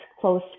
close